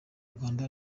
rwanda